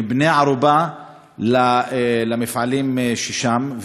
הם בני-ערובה למפעלים שם.